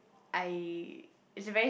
I it's very